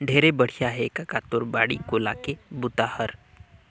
ढेरे बड़िया हे कका तोर बाड़ी कोला के बूता हर